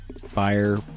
fire